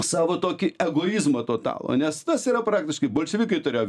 savo tokį egoizmą totalų nes tas yra praktiškai bolševikai turėjo